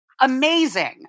Amazing